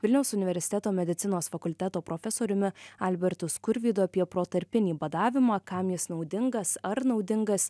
vilniaus universiteto medicinos fakulteto profesoriumi albertu skurvydu apie protarpinį badavimą kam jis naudingas ar naudingas